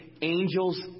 angels